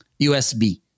USB